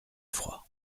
froid